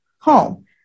home